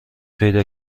پیدا